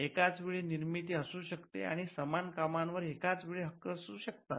एकाचवेळी निर्मिती असू शकते आणि समान कामांवर एकाच वेळी हक्क असू शकतात